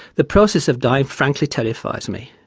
the process of dying frankly terrifies me.